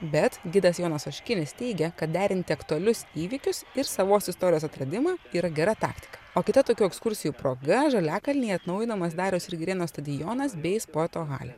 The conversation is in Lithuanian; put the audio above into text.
bet gidas jonas oškinis teigia kad derinti aktualius įvykius ir savos istorijos atradimą yra gera taktika o kita tokių ekskursijų proga žaliakalnyje atnaujinamas dariaus ir girėno stadionas bei sporto halė